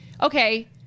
Okay